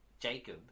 Jacob